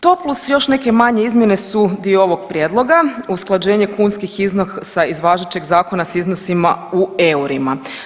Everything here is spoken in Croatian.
To plus još neke manje izmjene su dio ovog prijedloga, usklađenje kunskih iznosa iz važećeg zakona s iznosima u eurima.